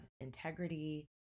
integrity